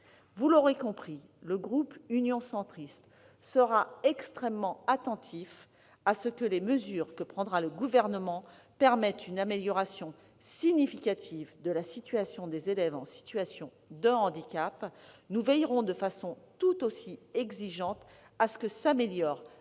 Vous l'aurez compris, le groupe Union Centriste sera extrêmement attentif à ce que les mesures que prendra le Gouvernement permettent une amélioration significative de la situation des élèves en situation de handicap. Nous veillerons de façon tout aussi exigeante à ce que s'améliore